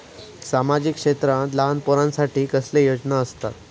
सामाजिक क्षेत्रांत लहान पोरानसाठी कसले योजना आसत?